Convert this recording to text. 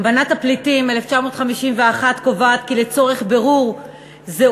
האמנה בדבר מעמדם של פליטים מ-1951 קובעת כי לצורך בירור זהות